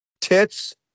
tits